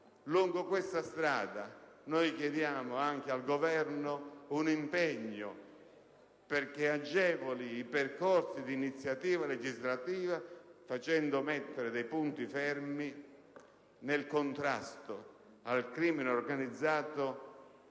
Lungo questa strada, chiediamo al Governo un impegno perché agevoli i percorsi di iniziativa legislativa, facendo mettere dei punti fermi nel contrasto al crimine organizzato